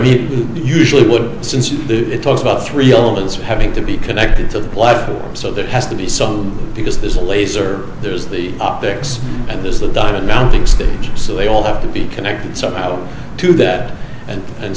mean usually would since it talks about three elements having to be connected to life so there has to be some because there's a laser there's the optics and there's the diamond mounting stage so they all have to be connected somehow to that and and